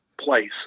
place